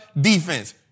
defense